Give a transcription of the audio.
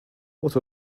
what